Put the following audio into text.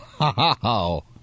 Wow